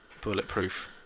bulletproof